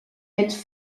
mettent